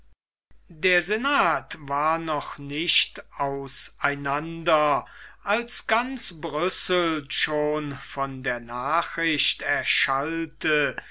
der senat war noch nicht auseinander als ganz brüssel schon von der nachricht erschallte